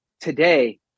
today